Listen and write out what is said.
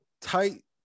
tight